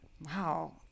Wow